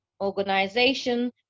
organization